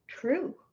true